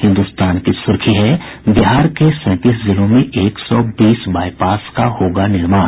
हिन्दुस्तान की सुर्खी है बिहार के सैंतीस जिलों में एक सौ बीस बाईपास का होगा निर्माण